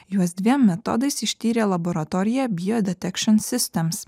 juos dviem metodais ištyrė laboratorija bio detection systems